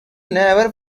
never